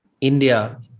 India